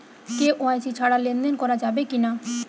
KYC ছাড়া লেনদেন করা যাবে কিনা?